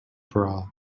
bra